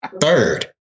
Third